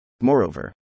Moreover